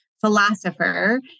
philosopher